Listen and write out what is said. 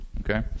okay